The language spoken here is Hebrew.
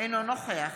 אינו נוכח